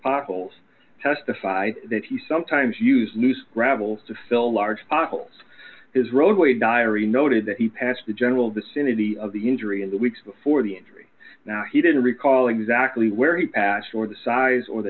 potholes testified that he sometimes use news gravel to fill large potholes is roadway diary noted that he passed the general vicinity of the injury in the weeks before the injury now he didn't recall exactly where he passed or the size or the